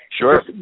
Sure